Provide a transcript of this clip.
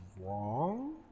wrong